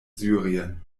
syrien